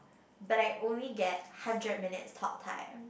but I only get hundred minutes talk time